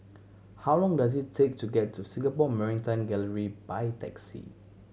how long does it take to get to Singapore Maritime Gallery by taxi